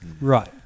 Right